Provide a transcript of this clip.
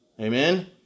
Amen